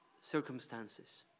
circumstances